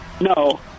No